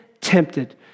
tempted